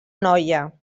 noia